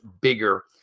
bigger